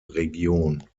region